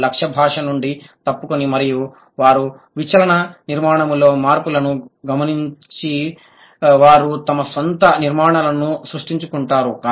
వారు లక్ష్య భాష నుండి తప్పుకొని మరియు వారు విచలన నిర్మాణంలోని మార్పులను గమనంచి వారు తమ స్వంత నిర్మాణాలను సృష్టించుకుంటారు